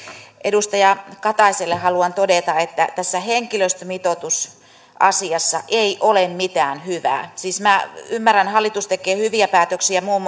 edustaja kataiselle haluan todeta että tässä henkilöstömitoitusasiassa ei ole mitään hyvää siis minä ymmärrän että hallitus tekee hyviä päätöksiä muun